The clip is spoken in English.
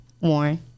Warren